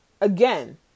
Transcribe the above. Again